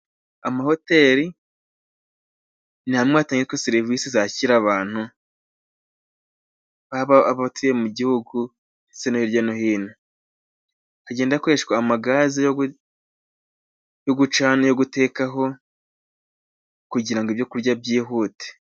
Amahoteri ni hamwe hatangirwa serivisi zakira abantu, haba abatuye mu gihugu no hirya no hino. Hagenda hakoreshwa amagazi yo gucana, yo gutekaho, kugira ngo ibyokurya byihute.